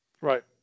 Right